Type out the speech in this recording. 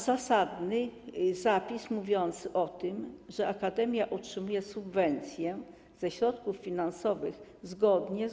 Zasadny jest zapis mówiący o tym, że akademia otrzymuje subwencję ze środków finansowych zgodnie z